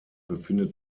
befindet